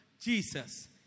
Jesus